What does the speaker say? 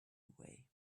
away